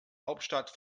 hauptstadt